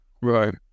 Right